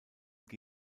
gmbh